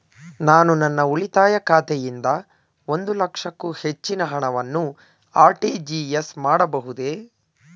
ನಾನು ನನ್ನ ಉಳಿತಾಯ ಖಾತೆಯಿಂದ ಒಂದು ಲಕ್ಷಕ್ಕೂ ಹೆಚ್ಚಿನ ಹಣವನ್ನು ಆರ್.ಟಿ.ಜಿ.ಎಸ್ ಮಾಡಬಹುದೇ?